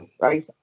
right